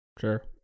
sure